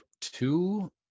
two